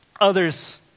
others